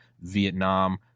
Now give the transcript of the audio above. Vietnam